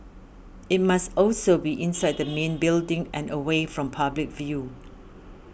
it must also be inside the main building and away from public view